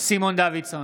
סימון דוידסון,